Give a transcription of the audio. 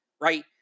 right